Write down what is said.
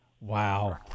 Wow